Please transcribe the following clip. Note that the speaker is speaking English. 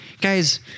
Guys